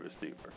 receiver